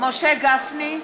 משה גפני,